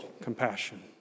compassion